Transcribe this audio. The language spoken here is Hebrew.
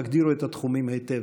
תגדירו את התחומים היטב.